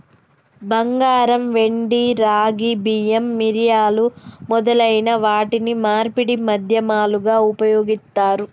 బంగారం, వెండి, రాగి, బియ్యం, మిరియాలు మొదలైన వాటిని మార్పిడి మాధ్యమాలుగా ఉపయోగిత్తారు